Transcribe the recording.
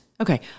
Okay